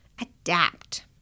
adapt